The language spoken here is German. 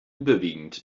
überwiegend